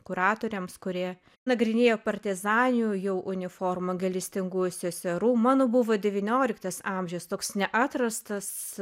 kuratoriams kurie nagrinėjo partizanių jau uniformą gailestingųjų seserų mano buvo devynioliktas amžius toks neatrastas